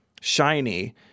shiny